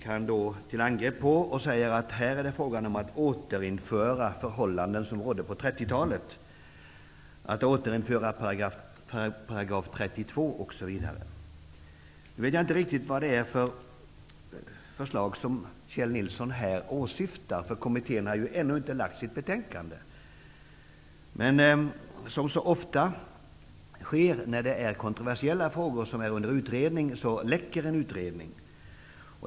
Han gick till angrepp på de förslag som kommer, och han sade att det är fråga om att återinföra förhållanden som rådde på 30-talet, att återinföra § 32 osv. Nu vet jag inte riktigt vad det är för förslag som Kjell Nilsson här åsyftar, för kommittén har ju ännu inte lagt fram sitt betänkande. Men som så ofta sker, när kontroversiella frågor är under utredning, läcker en utredning.